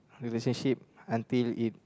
relationship until it